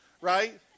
Right